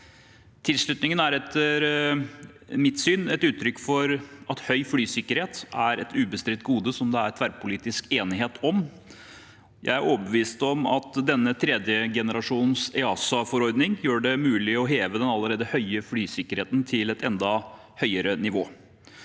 mitt syn et uttrykk for at høy flysikkerhet er et ubestridt gode, som det er tverrpolitisk enighet om. Jeg er overbevist om at denne tredje generasjonen EASA-forordning gjør det mulig å heve den allerede høye flysikkerheten til et enda høyere nivå.